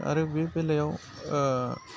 आरो बे बेलायाव